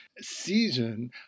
season